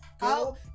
go